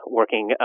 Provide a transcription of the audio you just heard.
working